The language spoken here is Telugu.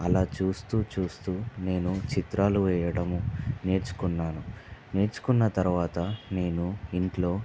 అలా చూస్తూ చూస్తూ నేను చిత్రాలు వేయడము నేర్చుకున్నాను నేర్చుకున్న తర్వాత నేను ఇంట్లో